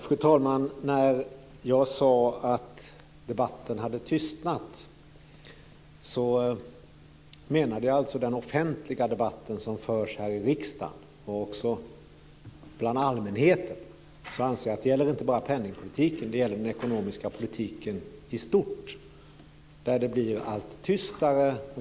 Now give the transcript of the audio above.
Fru talman! När jag sade att debatten hade tystnat menade jag den offentliga debatt som förs här i riksdagen. Bland allmänheten gäller det inte bara penningpolitiken utan också den ekonomiska politiken i stort, där det blir allt tystare.